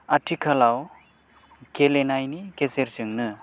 आथिखालाव गेलेनायनि गेजेरजोंनो